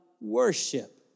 worship